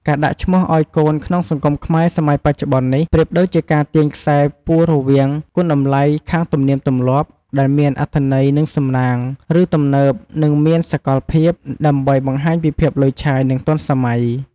ការដាក់ឈ្មោះឱ្យកូនក្នុងសង្គមខ្មែរសម័យបច្ចុបន្ននេះ ប្រៀបដូចជាការទាញខ្សែពួររវាង គុណតម្លៃខាងទំនៀមទម្លាប់ ដែលមានអត្ថន័យ និងសំណាង ឬ ទំនើប និងមានសកលភាព ដើម្បីបង្ហាញពីភាពឡូយឆាយ និងទាន់សម័យ។